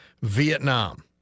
Vietnam